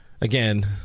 Again